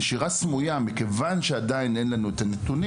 אבל בגלל שבנוגע לנשירה סמויה עדיין אין לנו את הנתונים,